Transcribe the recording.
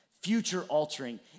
future-altering